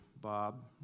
Bob